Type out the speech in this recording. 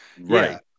right